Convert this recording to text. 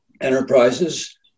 Enterprises